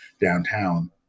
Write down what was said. downtown